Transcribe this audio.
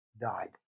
died